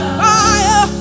fire